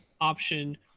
option